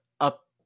up